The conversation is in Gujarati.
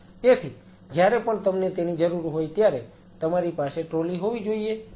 તેથી જ્યારે પણ તમને તેની જરૂર હોય ત્યારે તમારી પાસે ટ્રોલી હોવી જોઈએ